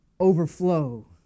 overflow